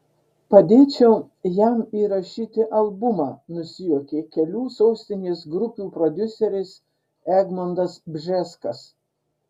padėčiau jam įrašyti albumą nusijuokė kelių sostinės grupių prodiuseris egmontas bžeskas